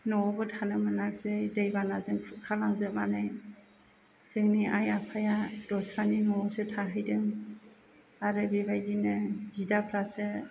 न'आवबो थानो मोनासै दै बानाजों खुरखा लांजोबनानै जोंनि आइ आफाया दस्रानि न'आवसो थाहैदों आरो बेबायदिनो बिदाफ्रासो